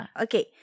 Okay